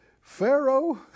Pharaoh